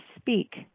speak